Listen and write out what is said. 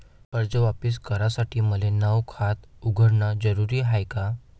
कर्ज वापिस करासाठी मले नव खात उघडन जरुरी हाय का?